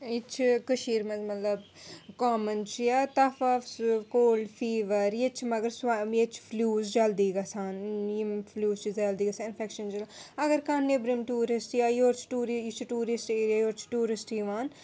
ییٚتہِ چھِ کٔشیٖر مَنٛز مطلب کامَن چھِ یا تف وف سُہ کولڈ فیٖور ییٚتہِ چھِ مگر ییٚتہِ چھِ فِلوٗز جلدی گَژھان یِم فِلوٗز چھِ جلدی گَژھان اِنفٮ۪کشَن چھِ اگر کانٛہہ نیٚبرِم ٹوٗرِسٹ یا یورٕ چھِ ٹوٗر یہِ چھِ ٹوٗرِسٹ ایریا یورٕ چھِ ٹوٗرِسٹ یِوان